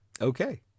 Okay